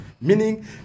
Meaning